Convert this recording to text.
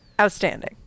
outstanding